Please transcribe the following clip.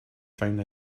found